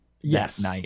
yes